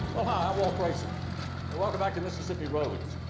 ah i'm walt grayson and welcome back to mississippi roads.